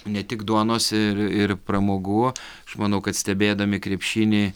ne tik duonos ir ir pramogų aš manau kad stebėdami krepšinį